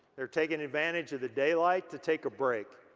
they're taking advantage of the daylight to take a break.